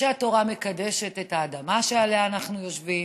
שהתורה מקדשת את האדמה שעליה אנחנו יושבים.